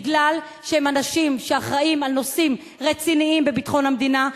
כי הם אנשים שאחראים לנושאים רציניים בביטחון המדינה,